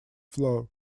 floor